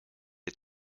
est